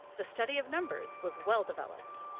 the study of numbers was well-developed.